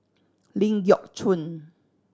Ling Geok Choon